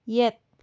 ꯌꯦꯠ